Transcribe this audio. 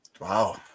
Wow